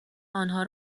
آنها